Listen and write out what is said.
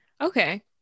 Okay